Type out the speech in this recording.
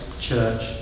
church